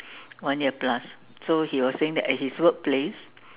one year plus so he was saying that at his work place